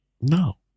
No